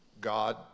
God